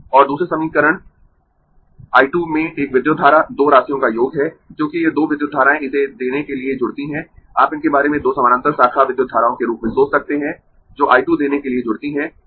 और दूसरे समीकरण I 2 में एक विद्युत धारा दो राशियों का योग है क्योंकि ये दो विद्युत धाराएँ इसे देने के लिए जुड़ती हैं आप इनके बारे में दो समानांतर शाखा विद्युत धाराओं के रूप में सोच सकते है जो I 2 देने के लिए जुड़ती हैं